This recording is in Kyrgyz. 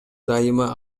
дайыма